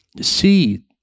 see